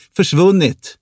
försvunnit